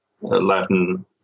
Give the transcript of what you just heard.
Latin